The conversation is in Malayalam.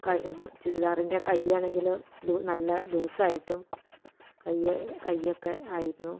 ചുരിദാറിൻറ്റെ കയ്യാണെങ്കിലും നല്ല ലൂസായിട്ടും കയ്യ് കയ്യൊക്കെ ആയിരുന്നു